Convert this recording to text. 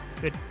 Good